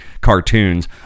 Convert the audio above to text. cartoons